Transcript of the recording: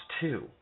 two